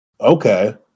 Okay